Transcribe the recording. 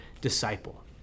disciple